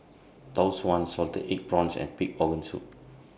Tau Suan Salted Egg Prawns and Pig Organ Soup